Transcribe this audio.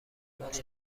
ولی